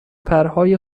پرهای